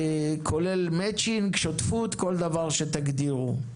כולל מצ'ינג, שותפות, כל דבר שתגדירו.